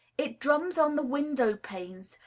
it drums on the window-panes,